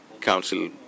council